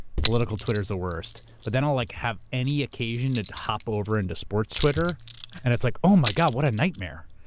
political twitter is the worst. but then i'll like have any occasion to hop over onto and sports twitter and it's like, oh my god, what a nightmare.